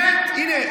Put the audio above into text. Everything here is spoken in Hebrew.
הינה,